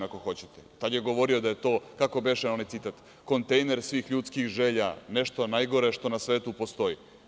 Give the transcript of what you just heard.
Tada je govorio da je to, kako beše onaj citat, kontejner svih ljudskih želja, nešto najgore što na svetu postoji.